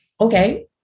Okay